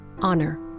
Honor